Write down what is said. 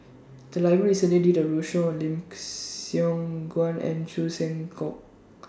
The Library recently did A roadshow on Lim Siong Guan and Chan Sek Keong